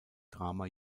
drama